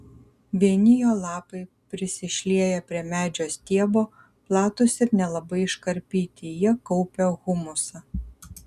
vieni jo lapai prisišlieję prie medžio stiebo platūs ir nelabai iškarpyti jie kaupia humusą